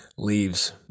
leaves